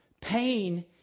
Pain